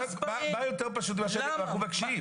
מה יותר פשוט לתת את מה שאנחנו מבקשים.